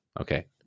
Okay